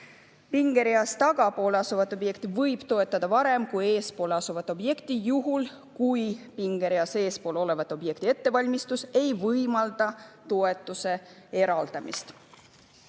Pingereas tagapool asuvat objekti võib toetada varem kui eespool asuvat objekti juhul, kui pingereas eespool oleva objekti ettevalmistus ei võimalda toetuse eraldamist."